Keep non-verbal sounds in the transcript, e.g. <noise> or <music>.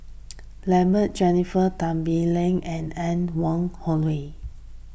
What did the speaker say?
<noise> Lambert Jennifer Tan Bee Leng and Anne Wong Holloway